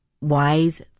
wise